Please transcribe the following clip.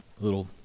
little